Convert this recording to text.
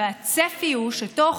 והצפי הוא שבתוך